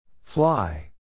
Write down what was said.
Fly